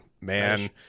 man